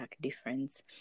difference